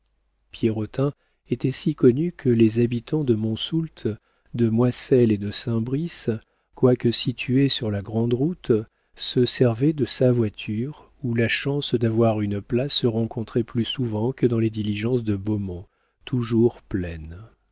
pierrotin était si connu que les habitants de monsoult de moisselles et de saint brice quoique situés sur la grande route se servaient de sa voiture où la chance d'avoir une place se rencontrait plus souvent que dans les diligences de beaumont toujours pleines